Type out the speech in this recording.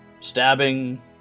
Stabbing